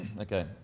Okay